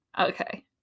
Okay